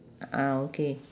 ah okay